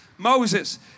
Moses